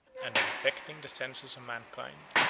and of affecting the senses of mankind